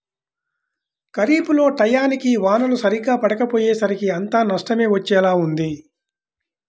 ఖరీఫ్ లో టైయ్యానికి వానలు సరిగ్గా పడకపొయ్యేసరికి అంతా నష్టమే వచ్చేలా ఉంది